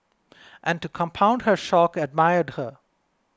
and to compound her shock admired her